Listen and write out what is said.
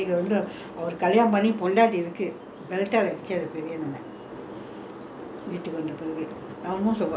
வீட்டுக்கு வந்த பிறகு நா ஒன்னும் சொல்லலே:veetuku vantha piragu naa onnum sollalae after I wake up everybody wake up lah ராத்திரிலே:raathirilae my father was a very fierce man